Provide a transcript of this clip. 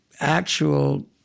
actual